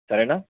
సరేనా